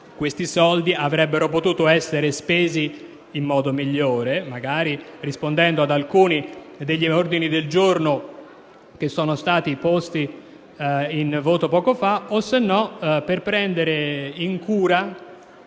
questi soldi avrebbero potuto essere spesi in modo migliore, magari rispondendo ad alcuni degli ordini del giorno posti in votazione poco fa o per prendere in cura